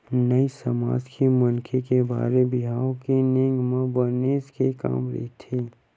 नाई समाज के मनखे के बर बिहाव के नेंग म बनेच के काम रहिथे